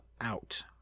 out